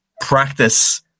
practice